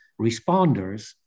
responders